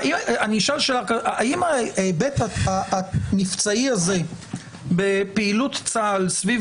האם ההיבט המבצעי הזה בפעילות צה"ל סביב